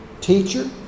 Teacher